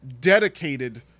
dedicated